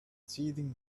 seizing